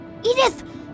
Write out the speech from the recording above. Edith